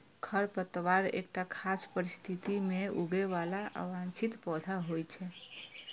खरपतवार एकटा खास परिस्थिति मे उगय बला अवांछित पौधा होइ छै